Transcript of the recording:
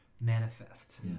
manifest